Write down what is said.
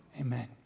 amen